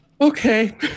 okay